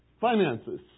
Finances